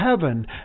heaven